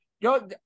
yo